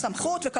(מקרינה שקף,